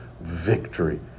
victory